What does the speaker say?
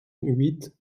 huit